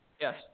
Yes